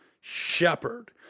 shepherd